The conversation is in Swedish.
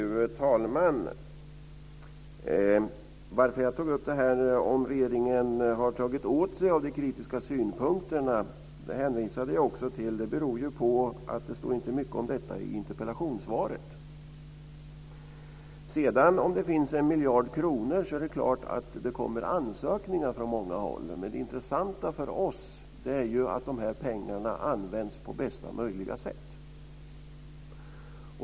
Fru talman! Att jag tog upp detta med huruvida regeringen har tagit åt sig av de kritiska synpunkterna, och det hänvisade jag också till, beror på att det inte står mycket om detta i interpellationssvaret. Om det finns 1 miljard kronor är det klart att det kommer ansökningar från många håll. Men det intressanta för oss är ju att de här pengarna används på bästa möjliga sätt.